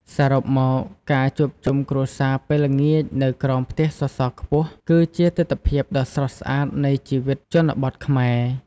សរុបមក ការជួបជុំគ្រួសារពេលល្ងាចនៅក្រោមផ្ទះសសរខ្ពស់ គឺជាទិដ្ឋភាពដ៏ស្រស់ស្អាតនៃជីវិតជនបទខ្មែរ។